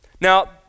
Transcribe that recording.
now